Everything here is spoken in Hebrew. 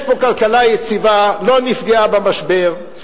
יש פה כלכלה יציבה, לא נפגעה במשבר.